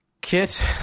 kit